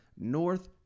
North